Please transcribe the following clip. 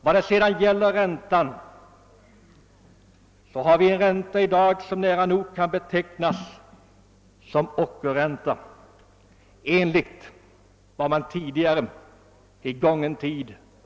Vad sedan gäller räntan kan sägas att vi i dag har en ränta som nära" nog kan betecknas som ockerränta enligt gamla tiders uppfattning.